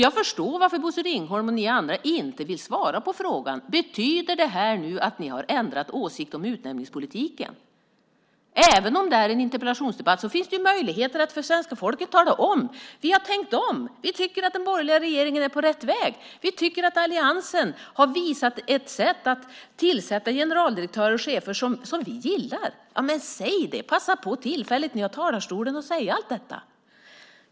Jag förstår varför Bosse Ringholm och ni andra inte vill svara på frågan om det här betyder att ni har ändrat åsikt om utnämningspolitiken. Även om det är en interpellationsdebatt finns det ju möjlighet att tala om för svenska folket: Vi har tänkt om. Vi tycker att den borgerliga regeringen är på rätt väg. Vi tycker att alliansen har visat ett sätt att tillsätta generaldirektörer och chefer som vi gillar. Men säg det! Passa på att ta tillfället när ni har talarstolen att säga allt detta!